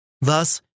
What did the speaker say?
Thus